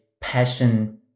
passion